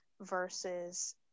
versus